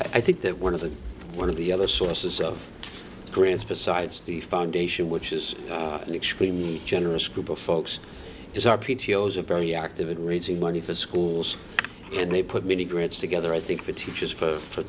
i think that one of the one of the other sources of grants besides the foundation which is an extremely generous group of folks is our p t o is it very active in raising money for schools and they put me grits together i think for teachers for